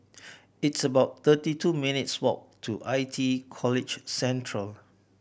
it's about thirty two minutes' walk to I T E College Central